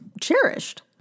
cherished